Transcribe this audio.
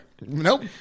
Nope